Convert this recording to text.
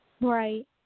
right